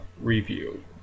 review